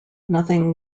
nothing